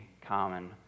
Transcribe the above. common